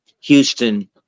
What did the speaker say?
Houston